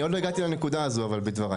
אני עוד לא הגעתי לנקודה הזאת בדבריי,